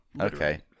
Okay